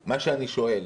מה שאני שואל.